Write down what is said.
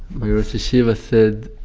my rosh yeshiva said,